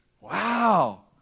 Wow